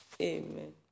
amen